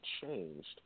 changed